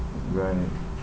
right